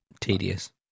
Tedious